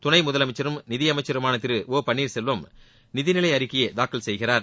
துணை முதலமைச்சரும் நிதி அமைச்சருமான திரு ஒ பன்னீர்செல்வம் நிதி நிலை அறிக்கையை தாக்கல் செய்கிறார்